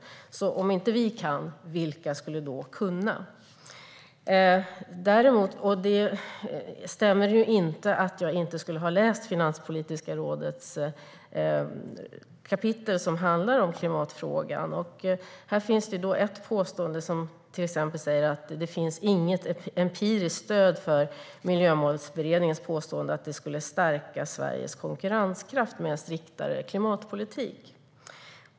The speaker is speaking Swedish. Om inte vi kan, vilka skulle då kunna? Det stämmer inte att jag inte skulle ha läst Finanspolitiska rådets kapitel som handlar om klimatfrågan. Här finns det ett påstående som säger att det inte finns något empiriskt stöd för Miljömålsberedningens påstående att det skulle stärka Sveriges konkurrenskraft med en striktare klimatpolitik.